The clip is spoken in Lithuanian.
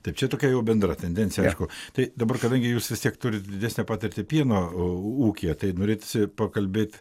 taip čia tokia jau bendra tendencija aišku tai dabar kadangi jūs vis tiek turit didesnę patirtį pieno ūkyje tai norėtųsi pakalbėt